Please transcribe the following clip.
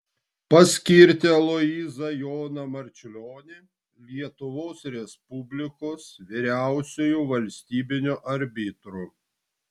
paskirti aloyzą joną marčiulionį lietuvos respublikos vyriausiuoju valstybiniu arbitru